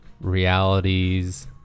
realities